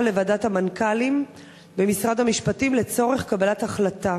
לוועדת המנכ"לים במשרד המשפטים לצורך קבלת החלטה.